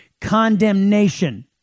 condemnation